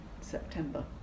September